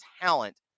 talent